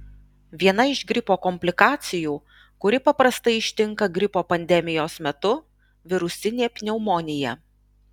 viena iš gripo komplikacijų kuri paprastai ištinka gripo pandemijos metu virusinė pneumonija